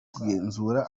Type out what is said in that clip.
kugenzura